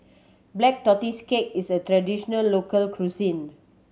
Black Tortoise Cake is a traditional local cuisine